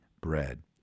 bread